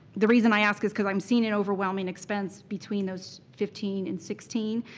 the reason i ask is because i'm seeing an overwhelming expense between those fifteen and sixteen.